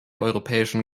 europäischen